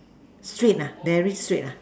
straight lah very straight lah